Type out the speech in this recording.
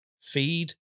feed